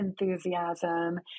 enthusiasm